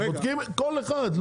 בודקים כל אחד,